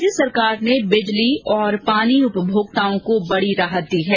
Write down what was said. राज्य सरकार ने बिजली और पानी उपभोक्ताओं को बड़ी राहत दी है